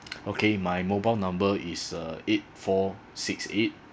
okay my mobile number is uh eight four six eight